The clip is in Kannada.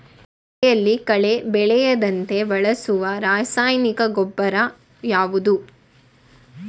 ಬೆಳೆಯಲ್ಲಿ ಕಳೆ ಬೆಳೆಯದಂತೆ ಬಳಸುವ ರಾಸಾಯನಿಕ ಗೊಬ್ಬರ ಯಾವುದು?